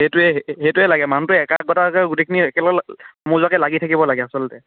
সেইটোৱে সেইটোৱে লাগে মানুহটো একাগ্ৰতা যে গোটেইখিনি একেলগে সমজুৱাকৈ লাগি থাকিব লাগে আচলতে